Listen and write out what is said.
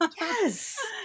Yes